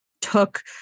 took